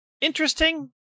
interesting